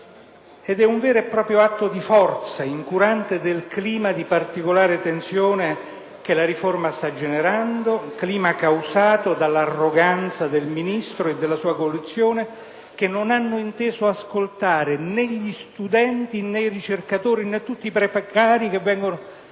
un vero e proprio atto di forza, incurante del clima di particolare tensione che la riforma sta generando, clima causato dall'arroganza del Ministro e della sua coalizione, che non hanno inteso ascoltare né gli studenti, né i ricercatori, né tutti i precari, che vengono